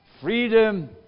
Freedom